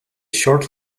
short